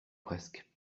presque